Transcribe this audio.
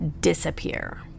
disappear